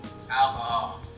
Alcohol